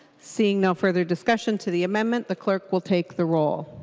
see no further discussion to the amendment the clerk will take the roll.